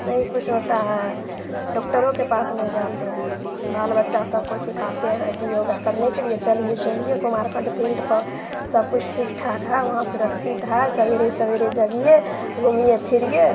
नहीं कुछ होता है डॉक्टरों के पास नहीं जाते हैं बाल बच्चा सबको सिखाते हैं कि योगा करने के लिए चलिए चलिए कुमार खंड फील्ड पर सब कुछ ठीक ठाक है वहाँ सुरक्षित है सवेरे सवेरे जगिए घूमिए फिरिए